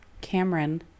Cameron